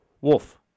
Wolf